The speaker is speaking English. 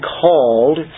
called